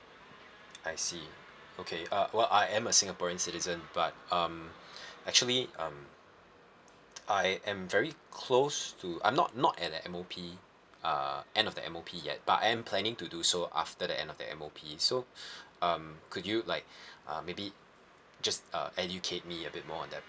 I see okay uh well I am a singaporean citizen but um actually um I am very close to I'm not not at M_O_P uh end of the M_O_P yet but I'm planning to do so after the end of the M_O_P so um could you like uh maybe just uh educate me a bit more on that